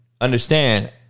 understand